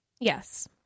Yes